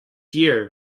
year